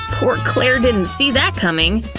poor claire didn't see that coming!